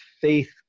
faith